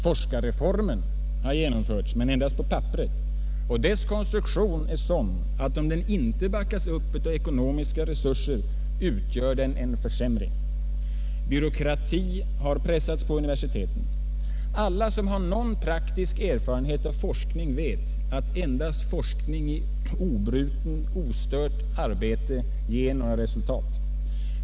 Forskarreformen har genomförts men endast på papperet, och dess konstruktion är sådan att om den inte backas upp med ekonomiska resurser utgör den en försämring. Byråkrati har pressats på universiteten. Alla som har någon praktisk erfarenhet av forskning vet att endast ostörd och oavbruten forskning ger resultat.